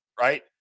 right